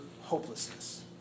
hopelessness